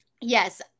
Yes